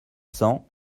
cents